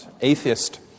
atheist